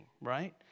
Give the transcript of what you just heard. right